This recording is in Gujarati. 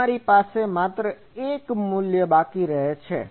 તેથી અમારી પાસે માત્ર 1 મુલ્ય બાકી છે